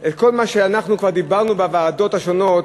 את כל מה שאנחנו כבר דיברנו בוועדות השונות